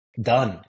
done